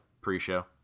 pre-show